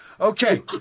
Okay